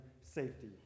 safety